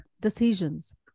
decisions